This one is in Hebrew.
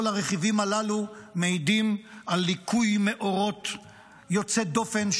כל הרכיבים הללו מעידים על ליקוי מאורות יוצא דופן,